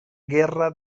guerra